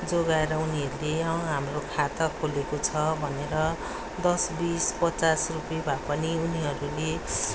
जोगाएर उनीहरूले अँ हाम्रो खाता खोलेको छ भनेर दस बिस पचास रुपियाँ भए पनि उनीहरूले